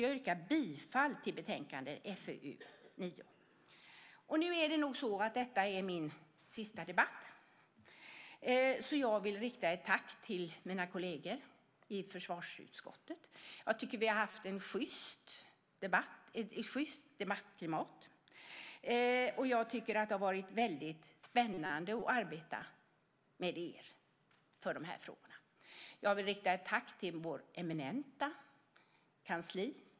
Jag yrkar alltså bifall till utskottets förslag i betänkandet FöU9. Detta är min sista debatt. Jag vill rikta ett tack till mina kolleger i försvarsutskottet. Vi har haft ett sjyst debattklimat, och det har varit spännande att arbeta med er i dessa frågor. Jag vill också rikta ett tack till vårt eminenta kansli.